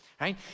right